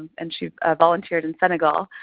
and she ah volunteered in senegal.